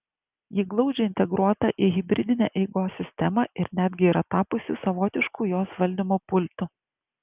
ji glaudžiai integruota į hibridinę eigos sistemą ir netgi yra tapusi savotišku jos valdymo pultu